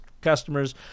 customers